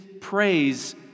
praise